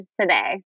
today